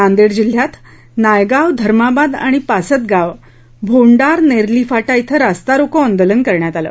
नांदेड जिल्ह्यात नायगाव धर्माबाद आणि पासदगाव बोंडार नेरली फाटा ि रास्ता रोको आंदोलन करण्यात आलं